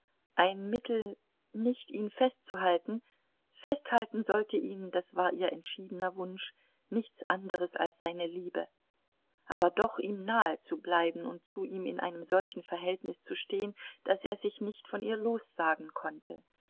ein mittel nicht ihn festzuhalten festhalten sollte ihn das war ihr entschiedener wunsch nichts anderes als seine liebe aber doch ihm nahe zu bleiben und zu ihm in einem solchen verhältnis zu stehen daß er sich nicht von ihr lossagen konnte